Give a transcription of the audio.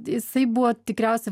jisai buvo tikriausia